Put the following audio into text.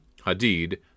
Hadid